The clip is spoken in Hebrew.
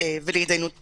ולהתדיינות משפטית,